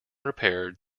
repaired